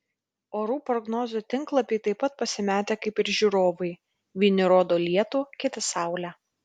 orų prognozių tinklapiai taip pat pasimetę kaip ir žiūrovai vieni rodo lietų kiti saulę